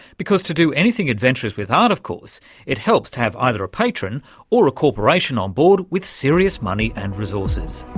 because to do anything adventurous with art, of course it helps to have either a patron or a corporation on board with serious money and resources.